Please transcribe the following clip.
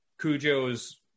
Cujo's